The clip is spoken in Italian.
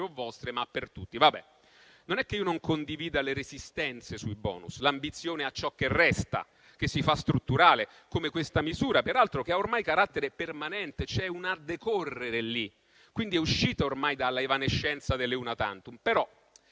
o vostre, ma per tutti. Non è che io non condivida le resistenze sui *bonus*, l'ambizione che ciò che resta che si faccia strutturale, come questa misura, peraltro, che ha ormai carattere permanente. C'è un "a decorrere" lì, e quindi, è uscita ormai dalla evanescenza delle misure